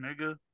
nigga